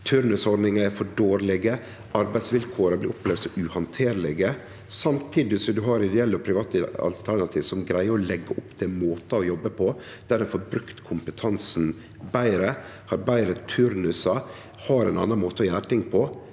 turnusordningane er for dårlege og arbeidsvilkåra blir opplevde som uhandterlege – samtidig som ein har ideelle og private alternativ som greier å leggje opp til måtar å jobbe på der ein får brukt kompetansen betre, har betre turnusar og har ein annan måte å gjere ting på